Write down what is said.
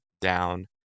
down